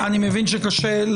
אני מבין שקשה.